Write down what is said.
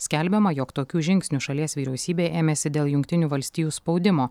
skelbiama jog tokių žingsnių šalies vyriausybė ėmėsi dėl jungtinių valstijų spaudimo